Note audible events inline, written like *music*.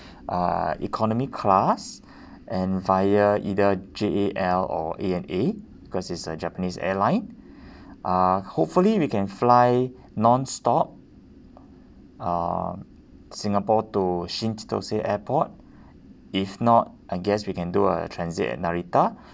uh economy class *breath* and via either J_A_L or A_N_A because it's a japanese airline *breath* uh hopefully we can fly nonstop uh singapore to shin chitose airport if not I guess we can do a transit at narita